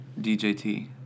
DJT